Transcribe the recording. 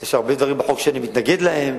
יש הרבה דברים בחוק שאני מתנגד להם,